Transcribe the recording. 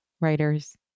writers